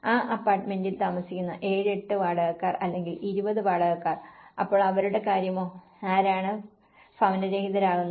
ആ അപ്പാർട്ട്മെന്റിൽ താമസിക്കുന്ന 7 8 വാടകക്കാർ അല്ലെങ്കിൽ 20 വാടകക്കാർ അപ്പോൾ അവരുടെ കാര്യമോ ആരാണ് ഭവനരഹിതരാകുന്നത്